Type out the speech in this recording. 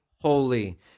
holy